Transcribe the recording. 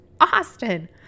Austin